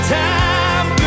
time